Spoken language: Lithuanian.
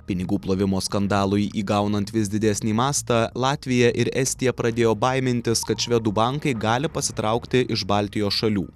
pinigų plovimo skandalui įgaunant vis didesnį mastą latvija ir estija pradėjo baimintis kad švedų bankai gali pasitraukti iš baltijos šalių